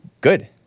good